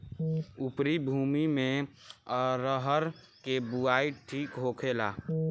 उपरी भूमी में अरहर के बुआई ठीक होखेला?